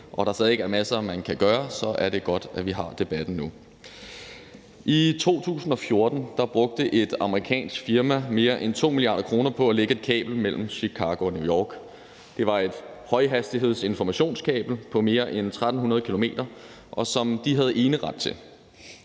og der stadig væk er masser, man kan gøre, er det godt, at vi har debatten nu. I 2014 brugte et amerikansk firma mere end 2 mia. kr. på at lægge et kabel mellem Chicago og New York. Det var et højhastighedsinformationskabel på mere end 1.300 km, som de havde eneret til.